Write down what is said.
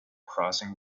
crossing